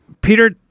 Peter